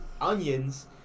onions